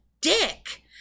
dick